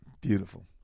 Beautiful